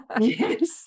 Yes